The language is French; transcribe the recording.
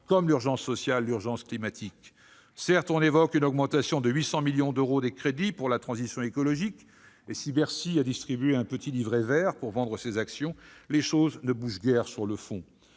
comme l'urgence sociale, l'urgence climatique. Certes, on évoque une augmentation de 800 millions d'euros des crédits pour la transition écologique. Si Bercy a distribué un petit livret vert pour vendre ses actions, les choses ne bougent guère sur le fond.